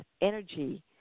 energy